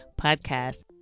podcast